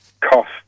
cost